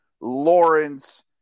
Lawrence